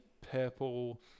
purple